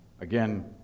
Again